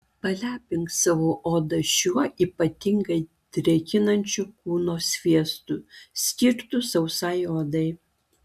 palepink savo odą šiuo ypatingai drėkinančiu kūno sviestu skirtu sausai odai